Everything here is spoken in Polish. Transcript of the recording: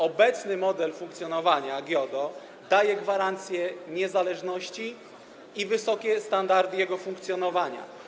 Obecny model funkcjonowania GIODO daje gwarancję niezależności i zapewnia wysokie standardy jego funkcjonowania.